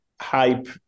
hype